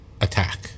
attack